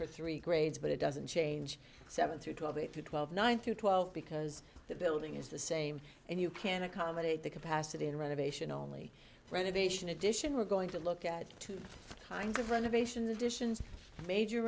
for three grades but it doesn't change the seven to twelve eight to twelve nine to twelve because the building is the same and you can accommodate the capacity in renovation only renovation addition we're going to look at two kinds of renovations additions major